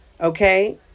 okay